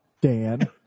Dan